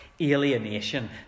alienation